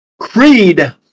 Creed